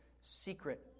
secret